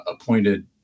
appointed